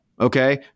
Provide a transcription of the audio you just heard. Okay